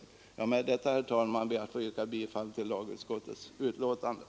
Herr talman! Med detta ber jag att få yrka bifall till lagutskottets hemställan.